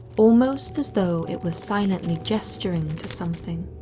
almost as though it was silently gesturing to something,